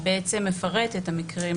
שמפרט את המקרים